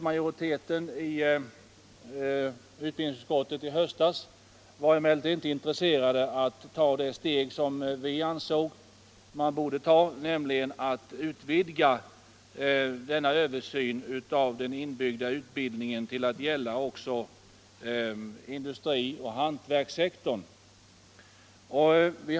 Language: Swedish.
Majoriteten i utbildningsutskottet var i höstas inte intresserad av att ta det steg som vi ansåg att man borde ta, nämligen att utvidga denna översyn av den inbyggda utbildningen till att omfatta också industrioch hantverkssektorn.